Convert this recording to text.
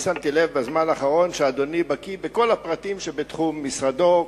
שמתי לב בזמן האחרון שאדוני בקי בכל הפרטים שבתחום משרדו,